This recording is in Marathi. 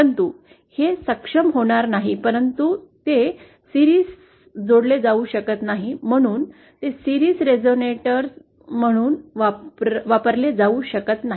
परंतु हे सक्षम होणार नाही परंतु ते मालिकेत जोडले जाऊ शकत नाही म्हणूनच ते मालिकेत रेझोनेटर म्हणून वापरले जाऊ शकत नाही